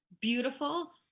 beautiful